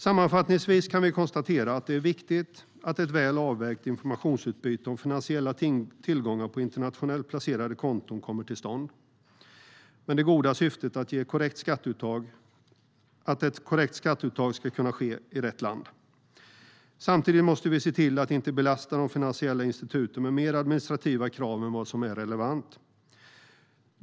Sammanfattningsvis kan vi konstatera att det är viktigt att ett väl avvägt informationsutbyte om finansiella tillgångar på internationellt placerade konton kommer till stånd med det goda syftet att ett korrekt skatteuttag ska kunna ske i rätt land. Samtidigt måste vi se till att inte belasta de finansiella instituten med mer administrativa krav än vad som är relevant.